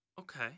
Okay